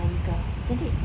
ah nikah cantik